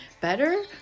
better